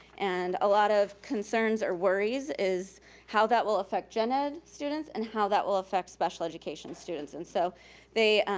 and a lot of concerns or worries is how that will affect gen ed students and how that will affect special education students. and so they,